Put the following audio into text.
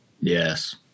Yes